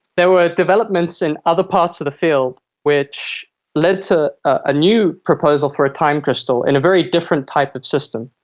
there were developments in other parts of the field which led to a new proposal for a time crystal in a very different type of system.